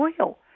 oil